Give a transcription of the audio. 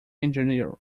engineer